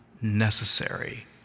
necessary